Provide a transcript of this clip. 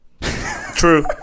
True